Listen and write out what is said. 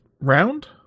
round